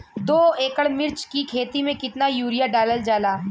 दो एकड़ मिर्च की खेती में कितना यूरिया डालल जाला?